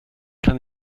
kann